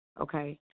Okay